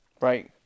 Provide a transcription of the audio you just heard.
Right